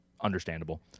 understandable